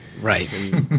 Right